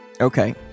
Okay